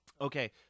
Okay